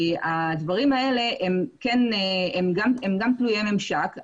הדברים האלה הם גם תלויי ממשק,